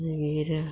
मागीर